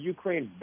Ukraine